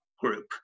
group